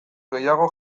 gehiago